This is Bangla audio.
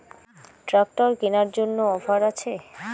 ট্রাক্টর কেনার জন্য অফার আছে?